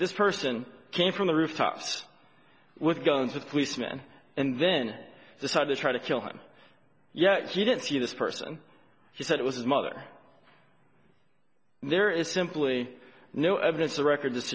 this person came from the rooftops with guns of policemen and then decide to try to kill him yet he didn't see this person she said it was his mother there is simply no evidence the record t